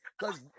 cause